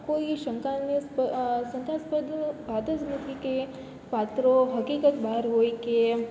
કોઈ શંકાને શંકાસ્પદ વાત જ નથી કે પાત્રો હકીકત બહાર હોય કે